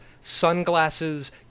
sunglasses